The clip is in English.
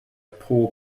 poor